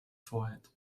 forehead